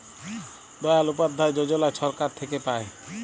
দয়াল উপাধ্যায় যজলা ছরকার থ্যাইকে পায়